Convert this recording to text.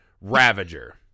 Ravager